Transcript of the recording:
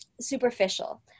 superficial